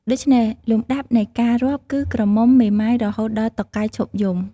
ដូច្នេះ លំដាប់នៃការរាប់គឺ ក្រមុំ មេម៉ាយរហូតដល់តុកែឈប់យំ។